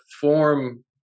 form